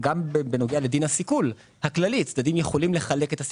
מדין הסיכול הכללי הצדדים יכולים לסטות ולהחליט איך